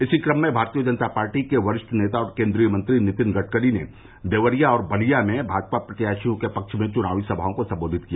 इसी क्रम में भारतीय जनता पार्टी के वरिष्ठ नेता और केन्द्रीय मंत्री नितिन गडकरी ने देवरिया और बलिया में भाजपा प्रत्याशियों के पक्ष में चुनावी समाओं को संबोधित किया